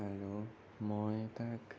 আৰু মই তাক